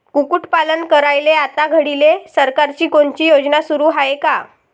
कुक्कुटपालन करायले आता घडीले सरकारची कोनची योजना सुरू हाये का?